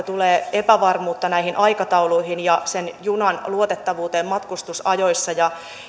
tulee epävarmuutta näihin aikatauluihin ja sen junan luotettavuuteen matkustusajoissa ja